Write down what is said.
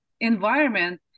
environment